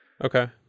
Okay